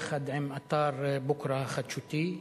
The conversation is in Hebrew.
יחד עם אתר "בוקרא" החדשותי,